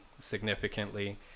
significantly